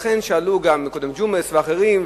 לכן שאלו גם קודם ג'ומס ואחרים,